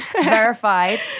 verified